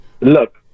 Look